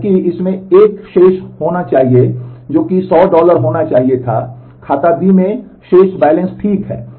जबकि इसमें एक शेष ठीक है